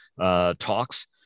talks